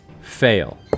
Fail